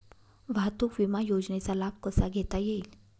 वाहतूक विमा योजनेचा लाभ कसा घेता येईल?